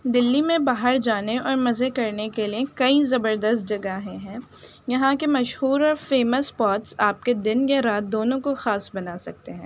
دلی میں باہر جانے اور مزے کرنے کے لیے کئی زبردست جگہیں ہیں یہاں کے مشہور اور فیمس اسپاٹس آپ کے دن یا رات دونوں کو خاص بنا سکتے ہیں